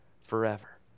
forever